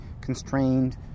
constrained